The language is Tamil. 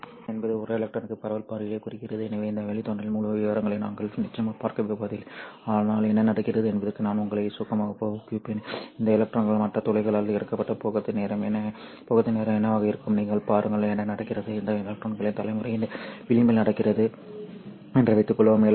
Dn என்பது ஒரு எலக்ட்ரானுக்கு பரவல் மாறிலியைக் குறிக்கிறது எனவே இந்த வழித்தோன்றலின் முழு விவரங்களையும் நாங்கள் நிச்சயமாகப் பார்க்கப் போவதில்லை ஆனால் என்ன நடக்கிறது என்பதற்கு நான் உங்களைச் சுருக்கமாக ஊக்குவிப்பேன் இந்த எலக்ட்ரான்கள் மற்றும் துளைகளால் எடுக்கப்பட்ட போக்குவரத்து நேரம் என்ன போக்குவரத்து நேரம் என்னவாக இருக்கும் நீங்கள் பாருங்கள் என்ன நடக்கிறது இந்த எலக்ட்ரான்களின் தலைமுறை இந்த விளிம்பில் நடக்கிறது என்று வைத்துக்கொள்வோம்